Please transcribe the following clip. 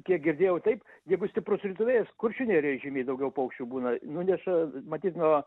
kiek girdėjau taip jeigu stiprus rytų vėjas kuršių nerijoj žymiai daugiau paukščių būna nuneša matyt nuo